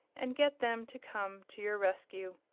and get them to come to your rescue.